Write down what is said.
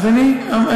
אז אני השבתי.